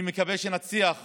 אני מקווה שנצליח